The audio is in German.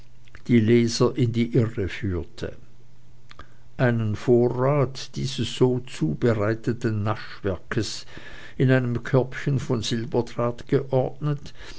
die leser in die irre führte einen vorrat dieses so zubereiteten naschwerkes in einem körbchen von silberdraht geordnet